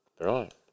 Right